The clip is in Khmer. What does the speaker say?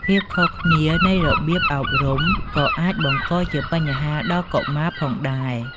ភាពខុសគ្នានៃរបៀបអប់រំ ក៏អាចបង្កជាបញ្ហាដល់កុមារផងដែរ។